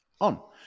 on